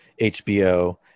hbo